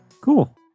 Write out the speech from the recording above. Cool